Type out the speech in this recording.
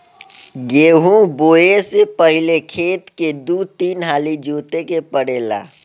गेंहू बोऐ से पहिले खेत के दू तीन हाली जोते के पड़ेला